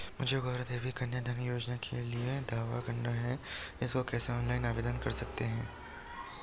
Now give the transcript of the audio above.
मुझे गौरा देवी कन्या धन योजना के लिए दावा करना है इसको कैसे ऑनलाइन आवेदन कर सकते हैं?